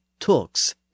tulks